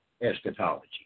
eschatology